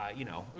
you know,